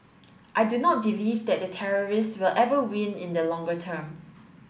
I do not believe that the terrorists will ever win in the longer term